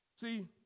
See